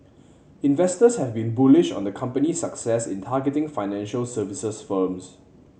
investors have been bullish on the company's success in targeting financial services firms